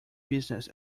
business